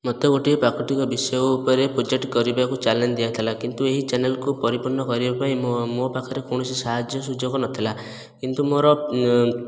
ମୋତେ ଗୋଟିଏ ପ୍ରାକୃତିକ ବିଷୟ ଉପରେ ପ୍ରୋଜେକ୍ଟ କରିବାକୁ ଚାଲେଞ୍ଜ ଦିଆ ହୋଇଥିଲା କିନ୍ତୁ ଏହି ଚାଲେଞ୍ଜକୁ ପରିପୂର୍ଣ୍ଣ କରିବାପାଇଁ ମୋ ମୋ ପାଖରେ ସାହାଯ୍ୟ ସୁଯୋଗ ନଥିଲା କିନ୍ତୁ ମୋର